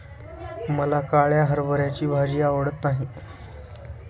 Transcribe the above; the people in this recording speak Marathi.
मला काळ्या हरभऱ्याची भाजी आवडत नाही